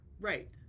Right